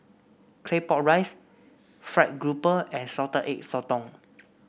Claypot Rice fried grouper and Salted Egg Sotong